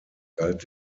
galt